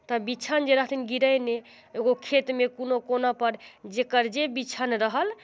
तऽ बिछन जे रहथिन गिरेने एगो खेतमे कुनो कोनापर जकर जे बिछन रहल